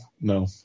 No